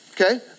Okay